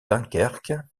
dunkerque